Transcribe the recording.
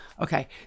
okay